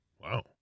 wow